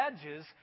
edges